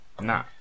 Nah